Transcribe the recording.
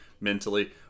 mentally